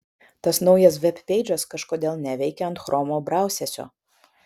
tas naujas vebpeidžas kažkodėl neveikia ant chromo brausesio